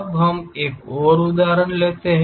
अब हम एक और उदाहरण लेते हैं